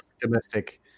domestic